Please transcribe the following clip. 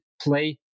play